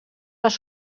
les